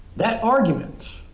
that arguments